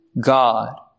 God